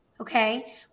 Okay